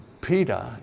Peter